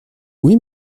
oui